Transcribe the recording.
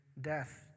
death